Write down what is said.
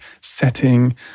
setting